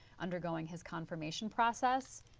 undergoing his confirmation process.